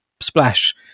splash